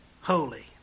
holy